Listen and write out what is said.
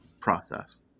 process